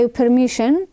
permission